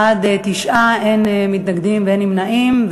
בעד, 9, אין מתנגדים ואין נמנעים.